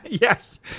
Yes